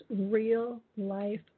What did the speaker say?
real-life